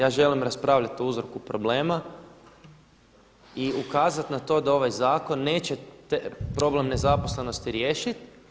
Ja želim raspravljati o uzroku problema i ukazati na to da ovaj zakon neće problem nezaposlenosti riješiti.